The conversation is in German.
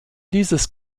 dieses